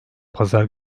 pazar